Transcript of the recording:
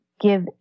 give